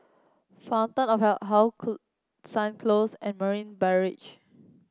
How Sun Close and Marina Barrage